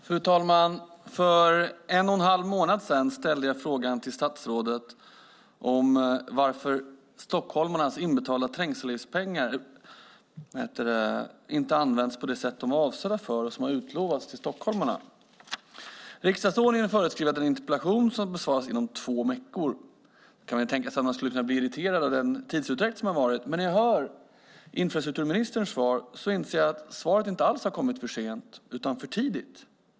Fru talman! För en och en halv månad sedan ställde jag frågan till statsrådet om varför stockholmarnas inbetalda trängselavgiftspengar inte använts på det sätt de var avsedda för och som utlovats till stockholmarna. Riksdagsordningen föreskriver att en interpellation ska besvaras inom två veckor. Man kan tänka sig att man skulle bli irriterad av den tidsutdräkt som varit. Men när jag hör infrastrukturministerns svar inser jag att svaret inte alls har kommit för sent utan för tidigt.